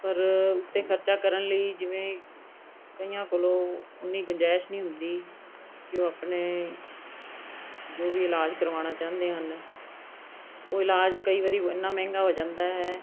ਪਰ ਉਹ 'ਤੇ ਖਰਚਾ ਕਰਨ ਲਈ ਜਿਵੇਂ ਕਈਆਂ ਕੋਲੋਂ ਉਨੀਂ ਗੁੰਜਾਇਸ਼ ਨਹੀਂ ਹੁੰਦੀ ਕਿ ਉਹ ਆਪਣੇ ਜੋ ਵੀ ਇਲਾਜ ਕਰਵਾਉਣਾ ਚਾਹੁੰਦੇ ਹਨ ਉਹ ਇਲਾਜ ਕਈ ਵਾਰੀ ਇੰਨਾਂ ਮਹਿੰਗਾ ਹੋ ਜਾਂਦਾ ਹੈ